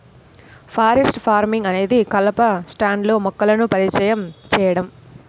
forest farming అనేది కలప స్టాండ్లో మొక్కలను పరిచయం చేయడం